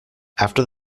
after